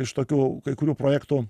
iš tokių kai kurių projektų